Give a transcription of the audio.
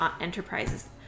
enterprises